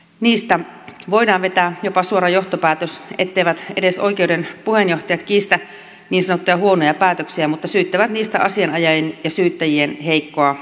niistä voidaan vetää jopa suora johtopäätös etteivät edes oikeuden puheenjohtajat kiistä niin sanottuja huonoja päätöksiä mutta syyttävät niistä asianajajien ja syyttäjien heikkoa ammattitaitoa